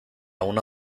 una